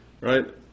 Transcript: right